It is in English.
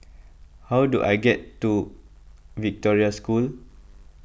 how do I get to Victoria School